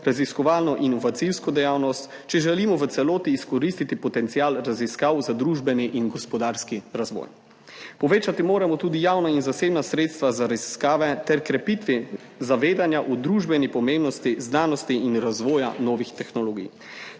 raziskovalno in inovacijsko dejavnost, če želimo v celoti izkoristiti potencial raziskav za družbeni in gospodarski razvoj. Povečati moramo tudi javna in zasebna sredstva za raziskave ter krepitvi zavedanje o družbeni pomembnosti znanosti in razvoja novih tehnologij.